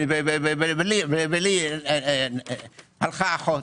ולי הלכה אחות.